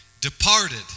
departed